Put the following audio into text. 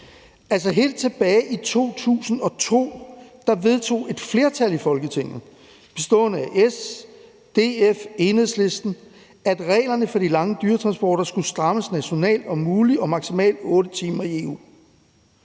Helt tilbage i 2002 vedtog et flertal i Folketinget bestående af S, DF og Enhedslisten, at reglerne for de lange dyretransporter skulle strammes nationalt, om muligt, og at der